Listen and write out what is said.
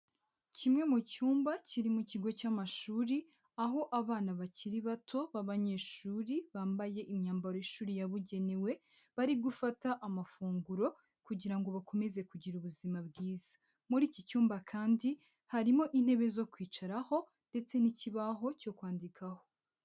Kimwe mu cyumba kiri mu kigo cy'amashuri aho abana bakiri bato b'abanyeshuri bambaye imyambaro y'ishuri yabugenewe bari gufata amafunguro kugira ngo bakomeze kugira ubuzima bwiza, muri iki cyumba kandi harimo intebe zo kwicaraho ndetse n'ikibaho cyo kwandikaho.